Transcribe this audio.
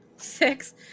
six